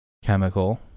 chemical